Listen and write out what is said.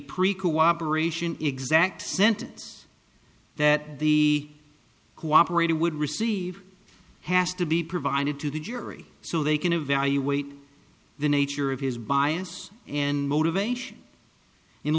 code exact sentence that the cooperative would receive has to be provided to the jury so they can evaluate the nature of his bias and motivation in